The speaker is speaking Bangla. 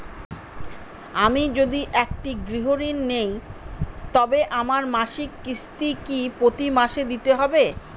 আমি যদি একটি গৃহঋণ নিই তবে আমার মাসিক কিস্তি কি প্রতি মাসে দিতে হবে?